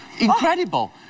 Incredible